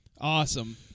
Awesome